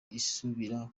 isubira